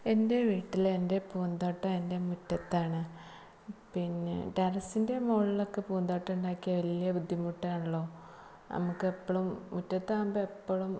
എന്റെ വീട്ടിൽ എന്റെ പൂന്തോട്ടം എന്റെ മുറ്റത്താണ് പിന്നെ ടെറസിന്റെ മുകളിലൊക്കെ പൂന്തോട്ടം ഉണ്ടാക്കിയാൽ വലിയ ബുദ്ധിമുട്ടാണല്ലോ നമുക്ക് എപ്പോഴും മുറ്റത്താവുമ്പോൾ എപ്പോഴും